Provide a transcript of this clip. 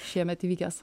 šiemet įvykęs